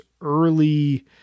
early